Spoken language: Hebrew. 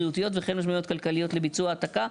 בריאותיות וכן משמעויות כלכליות לביצוע העתקה".